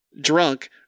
drunk